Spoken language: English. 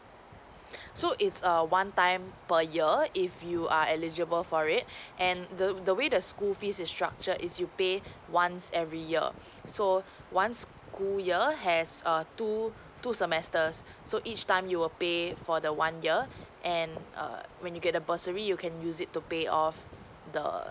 so it's a one time per year if you are eligible for it and the the way the school fees is structured is you pay once every year so one school year has err two two semesters so each time you will pay for the one year and err when you get the bursary you can use it to pay off the